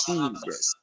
Jesus